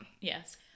Yes